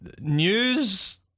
news